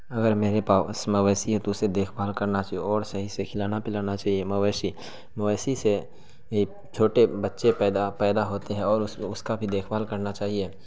اگر میرے پاس مویشی ہیں تو اسے دیکھ بھال کرنا چاہیے اور صحیح سے کھلانا پلانا چاہیے مویشی مویشی سے ایک چھوٹے بچے پیدا پیدا ہوتے ہیں اور اس اس کا بھی دیکھ بھال کرنا چاہیے